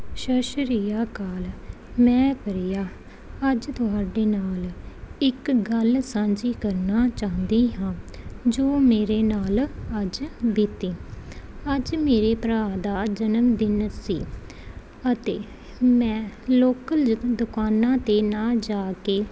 ਸਤਿ ਸ਼੍ਰੀ ਅਕਾਲ ਮੈਂ ਪ੍ਰੀਆ ਅੱਜ ਤੁਹਾਡੇ ਨਾਲ ਇੱਕ ਗੱਲ ਸਾਂਝੀ ਕਰਨਾ ਚਾਹੁੰਦੀ ਹਾਂ ਜੋ ਮੇਰੇ ਨਾਲ ਅੱਜ ਬੀਤੀ ਅੱਜ ਮੇਰੇ ਭਰਾ ਦਾ ਜਨਮ ਦਿਨ ਸੀ ਅਤੇ ਮੈਂ ਲੋਕਲ ਜਦੋਂ ਦੁਕਾਨਾਂ 'ਤੇ ਨਾ ਜਾ ਕੇ